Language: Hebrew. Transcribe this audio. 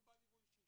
אנחנו בעד יבוא אישי,